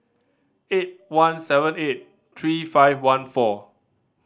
eight one seven eight three five one four